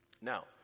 Now